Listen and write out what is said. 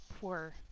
poor